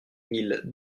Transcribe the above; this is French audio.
mille